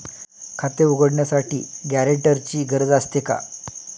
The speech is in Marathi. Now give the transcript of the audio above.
खाते उघडण्यासाठी गॅरेंटरची गरज असते का?